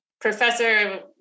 Professor